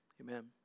Amen